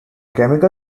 chemical